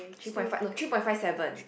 three point five no three point five seven